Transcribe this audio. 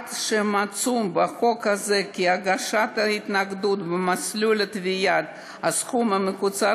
עוד מוצע בהצעת החוק כי הגשת התנגדות במסלול תביעה על סכום קצוב